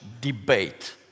debate